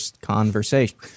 conversation –